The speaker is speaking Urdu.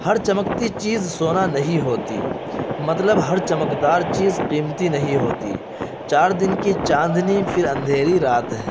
ٍ ہر چمکتی چیز سونا نہیں ہوتی مطلب ہر چمک دار چیز قیمتی نہیں ہوتی چار دن کی چاندنی پھر اندھیری رات ہے